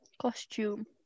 Costume